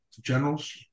generals